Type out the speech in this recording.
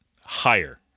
higher